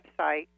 website